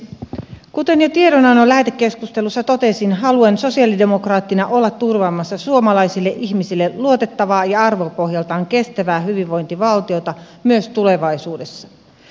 kuten jo tiedonannon lähetekeskustelussa totesin haluan sosialidemokraattina olla turvaamassa suomalaisille ihmisille luotettavaa ja arvopohjaltaan kestävää hyvinvointivaltiota myös tulevaisuudessa